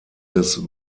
des